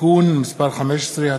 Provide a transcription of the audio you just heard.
(תיקון מס' 15),